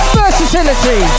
Versatility